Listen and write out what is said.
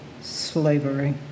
slavery